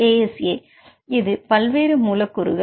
ASA இது பல்வேறு மூலக்கூறுகள்